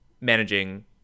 managing